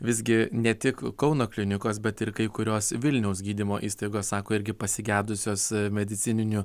visgi ne tik kauno klinikos bet ir kai kurios vilniaus gydymo įstaigos sako irgi pasigedusios medicininių